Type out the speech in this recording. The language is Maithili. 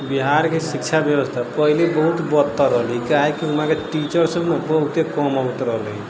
बिहारके शिक्षा व्यवस्था पहिले बहुत बदत्तर रहली काहेकि वहाँके टीचर सब ना बहुते कम अबैत रहले